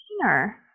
cleaner